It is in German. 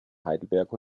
heidelberg